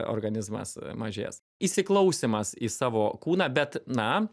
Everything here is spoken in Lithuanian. organizmas mažės įsiklausymas į savo kūną bet na